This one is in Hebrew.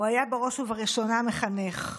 הוא היה בראש ובראשונה מחנך.